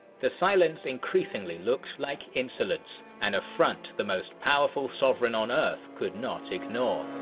the silence increasingly looked like insolence, an affront the most powerful sovereign on earth could not ignore.